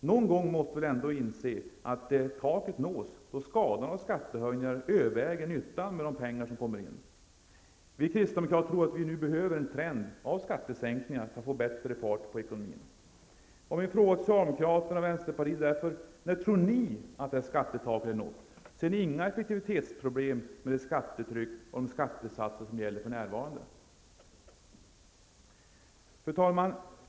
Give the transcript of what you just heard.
Någon gång måste vi väl ändå inse att taket nås då skadan av skattehöjningar överväger nyttan med pengarna som kommer in. Vi kristdemokrater tror att vi nu behöver en trend av skattesänkningar för att få bättre fart på ekonomin. Min fråga till socialdemokraterna och vänsterpartiet är därför: När tror ni att skattetaket är nått? Ser ni inga effektivitetsproblem med det skattetryck och de skattesatser som gäller för närvarande? Fru talman!